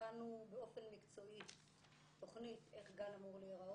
הכנו באופן מקצועי תוכנית איך גן אמור להיראות,